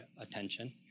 attention